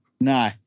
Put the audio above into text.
No